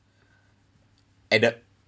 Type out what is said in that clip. at the